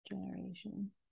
generation